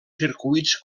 circuits